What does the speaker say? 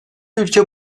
ülke